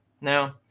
now